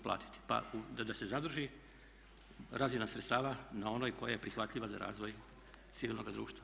Pa sam da se zadrži razina sredstava na onoj koja je prihvatljiva za razvoj civilnoga društva.